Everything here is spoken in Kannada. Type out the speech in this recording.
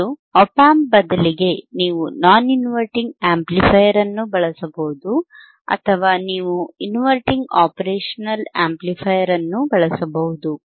ಮತ್ತು ಆಪ್ ಆಂಪ್ ಬದಲಿಗೆ ನೀವು ನಾನ್ ಇನ್ವರ್ಟಿಂಗ್ ಆಂಪ್ಲಿಫೈಯರ್ ಅನ್ನು ಬಳಸಬಹುದು ಅಥವಾ ನೀವು ಇನ್ವರ್ಟಿಂಗ್ ಆಪರೇಶನಲ್ ಆಂಪ್ಲಿಫೈಯರ್ ಅನ್ನು ಬಳಸಬಹುದು